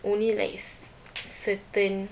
only like c~ certain